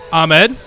Ahmed